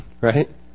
Right